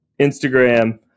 Instagram